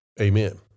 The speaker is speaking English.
Amen